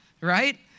right